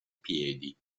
piedi